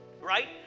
right